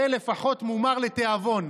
זה לפחות מומר לתיאבון.